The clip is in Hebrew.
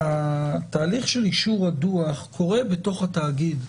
תהליך של אישור הדוח קורה בתוך התאגיד.